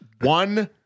one